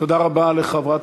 תודה רבה לחברת